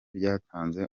byatanze